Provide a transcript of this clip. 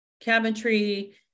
cabinetry